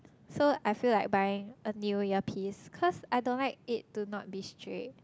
so I feel like buying a new earpiece cause I don't like it to not be straight